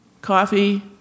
coffee